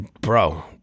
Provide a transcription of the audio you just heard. Bro